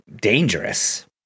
dangerous